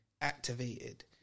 activated